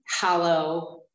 hollow